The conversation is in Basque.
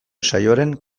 saioaren